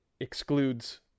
excludes